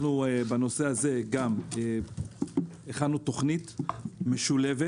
בנושא הזה הכנו תוכנית משולבת.